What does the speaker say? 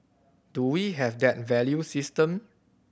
do we have that value system